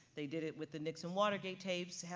they did it with the nixon watergate tapes.